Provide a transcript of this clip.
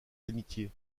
l’amitié